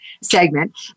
segment